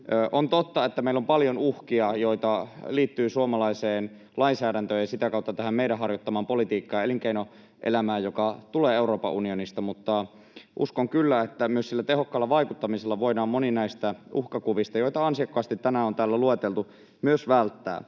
On totta, että meillä on paljon uhkia, jotka liittyvät suomalaiseen lainsäädäntöön ja sitä kautta tähän meidän harjoittamaan politiikkaan ja elinkeinoelämään, ja jotka tulevat Euroopan unionista. Mutta uskon kyllä, että myös sillä tehokkaalla vaikuttamisella voidaan moni näistä uhkakuvista, joita ansiokkaasti tänään on täällä lueteltu, myös välttää.